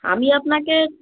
আমি আপনাকে